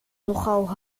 nogal